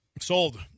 Sold